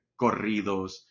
corridos